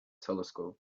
telescope